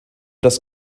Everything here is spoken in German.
das